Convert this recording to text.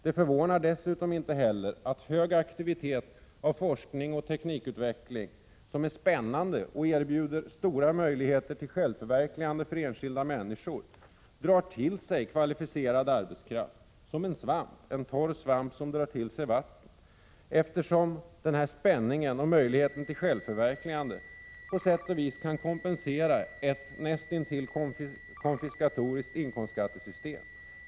Det förvånar inte heller att hög aktivitet av forskning och teknikutveckling som är spännande och erbjuder stora möjligheter till självförverkligande för enskilda människor drar till sig kvalificerad arbetskraft på samma sätt som en torr svamp drar till sig vatten. Spänningen och möjligheterna till självförverkligande kan på sätt och vis kompensera ett näst intill konfiskatoriskt inkomstskattesystem.